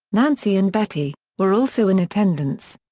nancy and betty, were also in attendance.